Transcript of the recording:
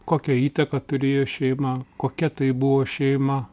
kokią įtaką turėjo šeima kokia tai buvo šeima